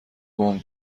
گـم